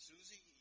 Susie